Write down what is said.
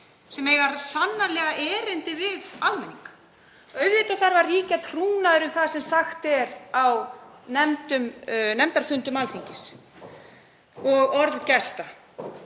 sem eiga sannarlega erindi við almenning. Auðvitað þarf að ríkja trúnaður um það sem sagt er á nefndarfundum Alþingis og orð gesta,